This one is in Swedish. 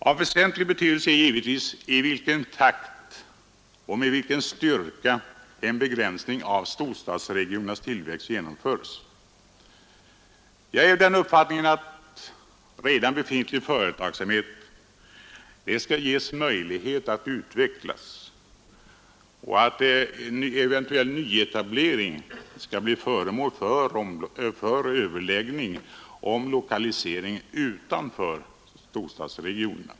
Av väsentlig betydelse är givetvis i vilken takt och med vilken styrka en begränsning av storstadsregionernas tillväxt genomförs. Jag är av den uppfattningen att redan befintlig företagsamhet skall ges möjlighet att utvecklas och att eventuell nyetablering skall bli föremål för överläggning om lokalisering utanför storstadsregionerna.